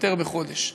חבר הכנסת מאיר כהן.